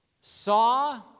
saw